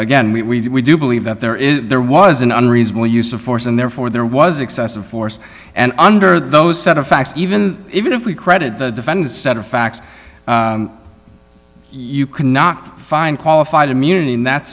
again we do believe that there is there was an unreasonable use of force and therefore there was excessive force and under those set of facts even even if we credit the defense set of facts you cannot find qualified immunity in that